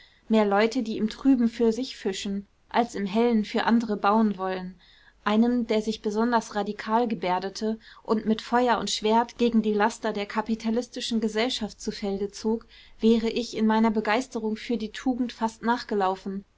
mehr leute die im trüben für sich fischen als im hellen für andere bauen wollten einem der sich besonders radikal gebärdete und mit feuer und schwert gegen die laster der kapitalistischen gesellschaft zu felde zog wäre ich in meiner begeisterung für die tugend fast nachgelaufen